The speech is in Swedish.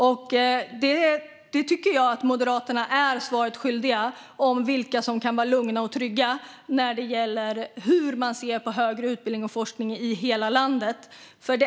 Jag tycker att Moderaterna är svaret skyldiga om vilka som kan vara lugna och trygga när det gäller hur man ser på högre utbildning och forskning i hela landet.